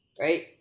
right